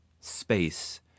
space